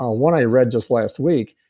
um one i read just last week,